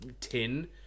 tin